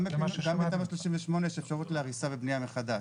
גם בתמ"א 38 יש אפשרות להריסה ובניה מחדש.